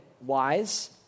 wise